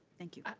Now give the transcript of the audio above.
thank you.